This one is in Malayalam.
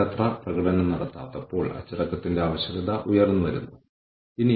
അഥവാ ഇൻപുട്ട് പ്രോസസ്സ് ഔട്ട്പുട്ട് സ്കോർകാർഡ്